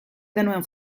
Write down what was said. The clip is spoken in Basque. genuen